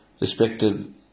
Respected